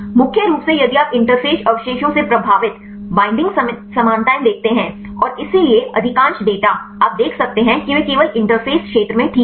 मुख्य रूप से यदि आप इंटरफ़ेस अवशेषों से प्रभावित बैंडिंग समानताएँ देखते हैं और इसलिए अधिकांश डेटा आप देख सकते हैं कि वे केवल इंटरफ़ेस क्षेत्र में ठीक हैं